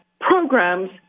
programs